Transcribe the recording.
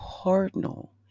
cardinal